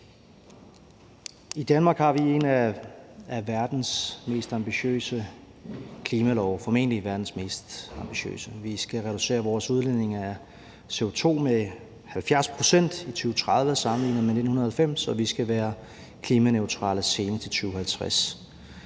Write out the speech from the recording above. – det er formentlig verdens mest ambitiøse. Vi skal reducere vores udledning af CO2 med 70 pct. i 2030 sammenlignet med 1990, og vi skal være klimaneutrale senest i 2050.